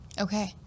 Okay